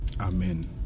amen